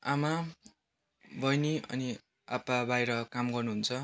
आमा बहिनी अनि आप्पा बाहिर काम गर्नुहुन्छ